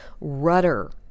rudder